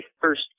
first